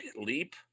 leap